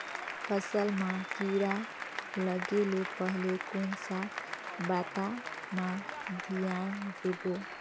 फसल मां किड़ा लगे ले पहले कोन सा बाता मां धियान देबो?